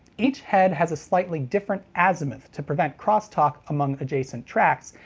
each head has a slightly different azimuth to prevent crosstalk among adjacent tracks,